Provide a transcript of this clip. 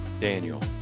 Daniel